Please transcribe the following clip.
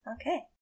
Okay